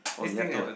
oh we have to ah